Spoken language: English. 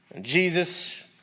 Jesus